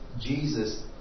Jesus